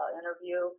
interview